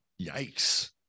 Yikes